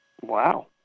Wow